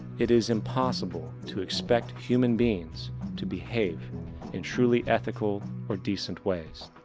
it is impossible to expect human beings to behave in truly ethical or decent ways.